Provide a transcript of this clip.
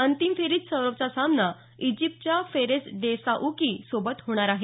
अंतिम फेरीत सौरवचा सामना इजिप्तच्या फेरेस डेसाउकी सोबत होणार आहे